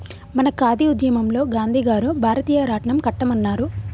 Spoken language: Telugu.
మన ఖాదీ ఉద్యమంలో గాంధీ గారు భారతీయ రాట్నం కట్టమన్నారు